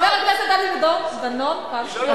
חבר הכנסת דני דנון, פעם שנייה.